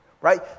right